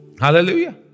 Hallelujah